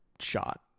shot